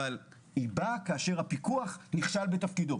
אבל היא באה כאשר הפיקוח נכשל בתפקידו.